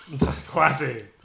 Classy